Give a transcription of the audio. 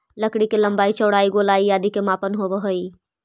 लकड़ी के लम्बाई, चौड़ाई, गोलाई आदि के मापन होवऽ हइ